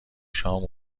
شام